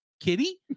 kitty